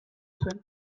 zuen